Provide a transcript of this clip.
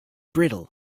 brittle